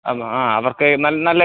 അപ്പോൾ ആ അവർക്ക് നല്ല